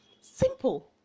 simple